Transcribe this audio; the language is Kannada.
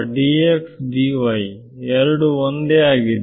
or ಎರಡೂ ಒಂದೇ ಆಗಿದೆ